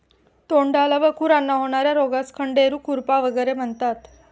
तोंडाला व खुरांना होणार्या रोगास खंडेरू, खुरपा वगैरे म्हणतात